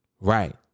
right